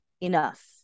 enough